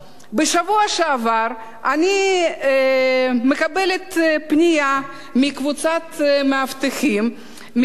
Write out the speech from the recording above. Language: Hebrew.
בשבוע שעבר אני מקבלת פנייה מקבוצת מאבטחים מחבר